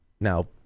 Now